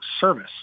service